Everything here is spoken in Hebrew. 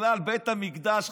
בכלל בית המקדש,